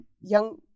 young